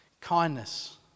kindness